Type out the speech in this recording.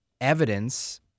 evidence